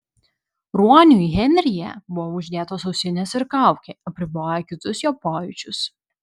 ruoniui henryje buvo uždėtos ausinės ir kaukė apriboję kitus jo pojūčius